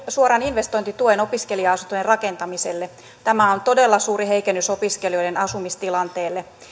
suoran investointituen opiskelija asuntojen rakentamiselle tämä on todella suuri heikennys opiskelijoiden asumistilanteelle